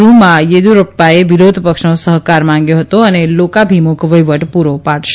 ગૃહમાં શ્રી યેદયુરપ્પાએ વિરોધપક્ષનો સહકાર માંગ્યો હતો અને લોકાભિમુખ વહીવટ પૂરો પાડશે